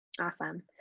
Awesome